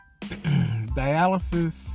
dialysis